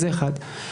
זה אחד.